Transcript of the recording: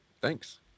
thanks